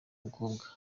mukobwa